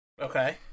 Okay